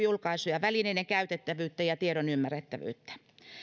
julkaisuja välineiden käytettävyyttä ja tiedon ymmärrettävyyttä